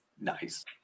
Nice